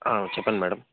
చెప్పండి మేడం